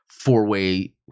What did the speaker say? four-way